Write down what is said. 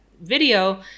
video